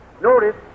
Notice